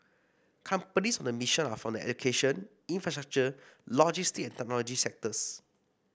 companies on the mission are from the education infrastructure logistic and technology sectors